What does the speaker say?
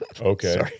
Okay